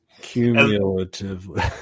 Cumulatively